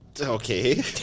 Okay